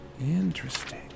Interesting